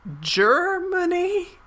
germany